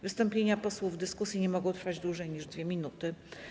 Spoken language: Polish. Wystąpienia posłów w dyskusji nie mogą trwać dłużej niż 2 minuty.